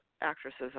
actresses